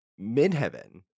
midheaven